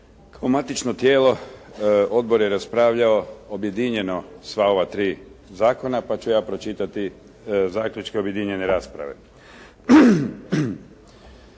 U matično tijelo odbor je raspravljao objedinjeno sva ova tri zakona, pa ću ja pročitati zaključke objedinjene rasprave.